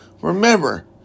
Remember